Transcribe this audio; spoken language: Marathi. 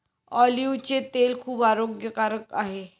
ऑलिव्हचे तेल खूप आरोग्यकारक आहे